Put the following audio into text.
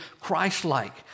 Christ-like